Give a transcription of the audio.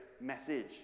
message